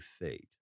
fate